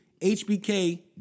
HBK